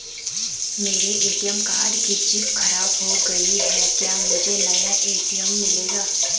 मेरे ATM card की chip खराब हो गयी है क्या मुझे नया ए.टी.एम मिलेगा?